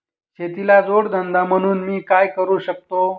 शेतीला जोड धंदा म्हणून मी काय करु शकतो?